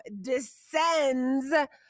descends